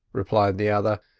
replied the other.